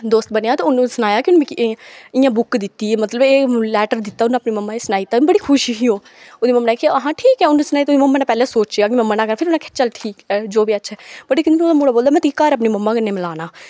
दोस्त बनेआ ते उन्नै उसी सनाया कि उन्नै मिकी एह् इयां बुक दित्ती ऐ मतलब ऐ एह् लेटर दित्ता उ'न्नै अपनी मम्मा गी सनाई दित्ता बड़ी खुश ही ओह् ओह्दी मम्मा ने आखेआ ऐ ओह् ओह्दी मम्मा ने पैह्ले सोचेआ कि मम्मा ने फिर आखेआ चल ठीक ऐ जो बी अच्छा ऐ बट इक दिन ओह मुड़ा बोलदा तुगी में इक दिन अपनी मम्मा कन्नै मलाना